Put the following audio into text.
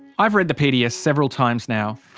i've read the pds several times now.